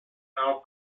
now